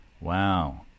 Wow